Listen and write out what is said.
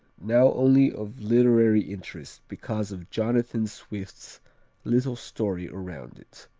now only of literary interest because of jonathan swift's little story around it,